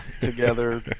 together